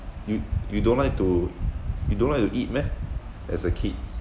you you don't like to you don't like to eat meh as a kid